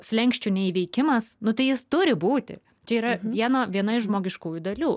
slenksčių neįveikimas nu tai jis turi būti čia yra viena viena iš žmogiškųjų dalių